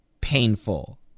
painful